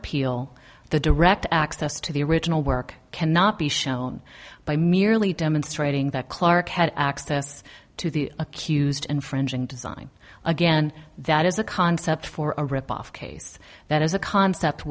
appeal the direct access to the original work cannot be shown by merely demonstrating that clark had access to the accused and fringing design again that is a concept for a rip off case that is a concept